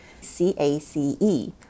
C-A-C-E